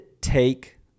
take